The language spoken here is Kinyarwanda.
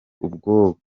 ubwonko